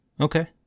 okay